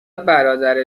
برادر